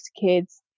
kids